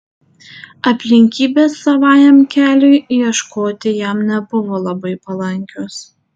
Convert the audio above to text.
aplinkybės savajam keliui ieškoti jam nebuvo labai palankios